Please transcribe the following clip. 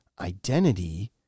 identity